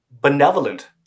benevolent